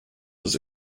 was